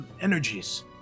energies